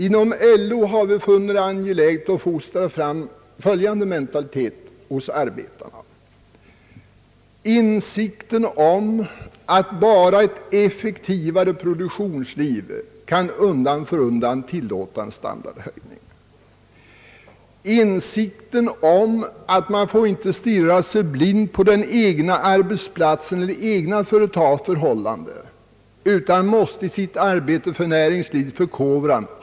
Inom LO har vi funnit det angeläget att fostra följande mentalitet hos arbetarna: vi vill ge dem insikten om att bara ett effektivare produktionsliv kan tillåta en standardhöjning, insikten om att man inte får stirra sig blind på den egna arbetsplatsen eller det egna företagets förhållanden utan att man måste ha en helhetssyn i sitt arbete för näringslivets förkovran.